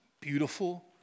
beautiful